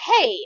hey